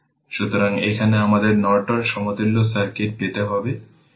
সুতরাং এখানে আমাদের নর্টন সমতুল্য সার্কিট পেতে হবে